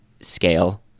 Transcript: scale